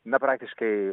na praktiškai